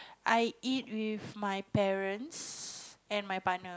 I eat with my parents and my partner